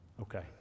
Okay